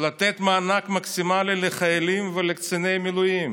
לתת מענק מקסימלי לחיילים ולקציני מילואים